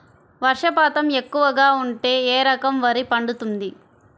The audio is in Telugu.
వర్షపాతం ఎక్కువగా ఉంటే ఏ రకం వరి పండుతుంది?